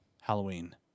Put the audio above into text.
halloween